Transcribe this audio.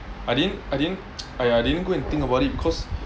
I didn't I didn't !aiya! I din go and think about it cause